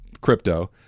crypto